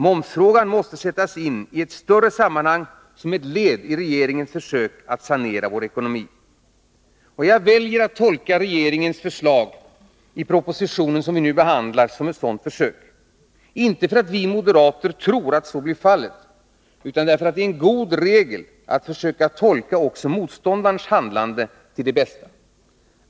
Momsfrågan måste sättas in i ett större sammanhang — som ett led i regeringens försök att sanera vår ekonomi. Jag väljer att tolka regeringens förslag i den proposition som vi nu behandlar som ett sådant försök — inte för att vi moderater tror att så blir fallet, utan därför att det är en god regel att försöka tolka också motståndarens handlande till det bästa.